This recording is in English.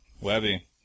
Webby